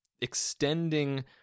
extending